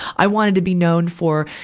i wanted to be known for,